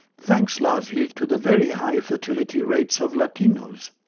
thanks largely to the very high fertility rates of latinos.